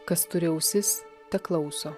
kas turi ausis teklauso